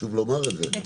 חשוב לומר את זה.